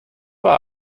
war